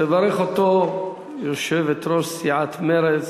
תברך אותו יושבת-ראש סיעת מרצ,